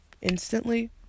instantly